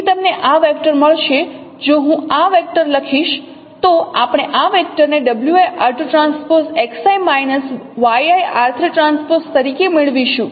તેથી તમને આ વેક્ટર મળશે જો હું આ વેક્ટર લખીશ તો આપણે આ વેક્ટરને wi r2 transpose Xi minus yi r 3 transpose તરીકે મેળવીશું